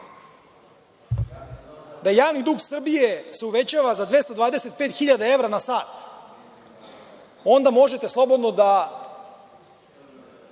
da javni dug Srbije se uvećava za 225 hiljada evra na sat, onda možete slobodno da